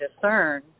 discern